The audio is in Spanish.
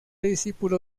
discípulo